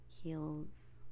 heels